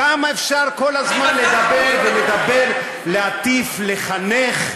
כמה אפשר כל הזמן לדבר ולדבר, להטיף, לחנך?